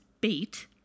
bait